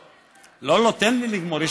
נהרי, לא, תן לי לגמור.